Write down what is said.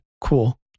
cool